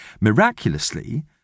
Miraculously